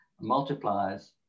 multipliers